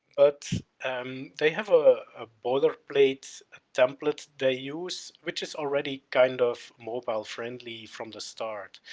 but um they have a ah boilerplate ah template they use which is already, kind of, mobile-friendly from the start,